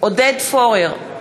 עודד פורר,